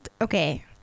okay